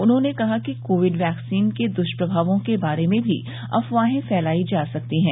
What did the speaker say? उन्होंने कहा कि कोविड वैक्सीन के द्ष्प्रभावों के बारे में भी अफवाहें फैलाई जा सकती हैं